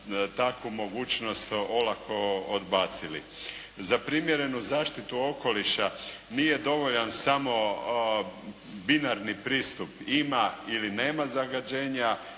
takvu mogućnost olako odbacili. Za primjerenu zaštitu okoliša nije dovoljan samo binarni pristup, ima ili nema zagađenja,